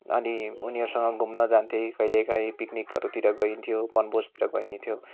अनि उनीहरूसँग घुम्न जान्थेँ कहिलेकाहीँ पिक्निकहरूतिर गइन्थ्यो वनभोजतिर गइन्थ्यो